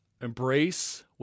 embrace